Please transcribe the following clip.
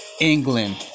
England